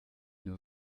nur